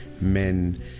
men